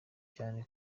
cyane